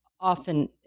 often